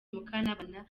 mukantabana